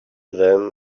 them